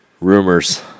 Rumors